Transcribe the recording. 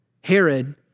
Herod